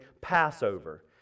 Passover